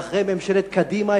ואחרי ממשלת קדימה,